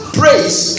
praise